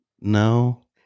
No